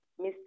Mr